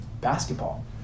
basketball